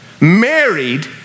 married